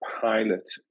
pilot